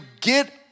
get